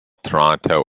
toronto